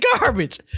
garbage